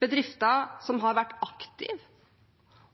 Bedrifter som har vært aktive,